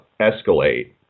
escalate